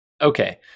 okay